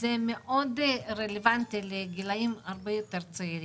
זה מאוד רלוונטי לגילים הרבה יותר צעירים.